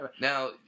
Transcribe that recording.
Now